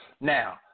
Now